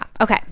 okay